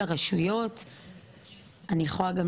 פה באישור --- הם יודעים שזה קורה באופן אוטומטי?